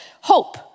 hope